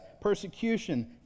persecution